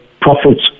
Profits